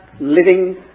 living